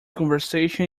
conversation